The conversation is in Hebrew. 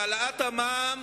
העלאת המע"מ